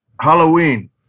Halloween